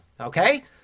Okay